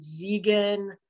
vegan